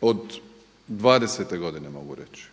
od 20-te godine mogu reći